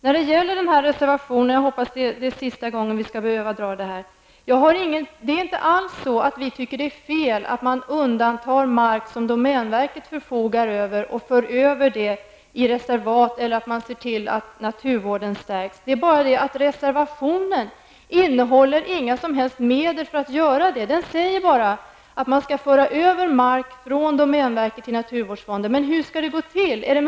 När det gäller centerns reservation -- jag hoppas att det är sista gång vi skall behöva kommentera den -- är det inte alls så att vi tycker att det är fel att undanta mark som domänverket förfogar över och föra över den i reservat och se till att naturvården stärks. Men i reservationen föreslås inga som helst medel för att göra detta. Där sägs bara att man skall föra över mark från domänverket till naturvårdsfonden. Hur skall det gå till?